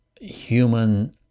human